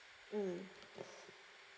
mm